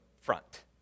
front